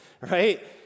right